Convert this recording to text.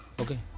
Okay